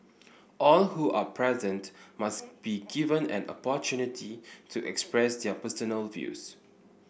all who are present must be given an opportunity to express their personal views